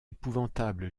épouvantable